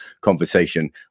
conversation